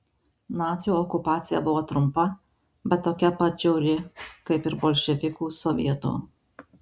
nacių okupacija buvo trumpa bet tokia pat žiauri kaip ir bolševikų sovietų